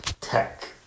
tech